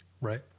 right